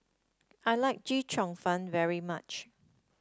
I like Chee Cheong Fun very much